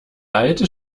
alte